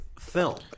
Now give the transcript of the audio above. film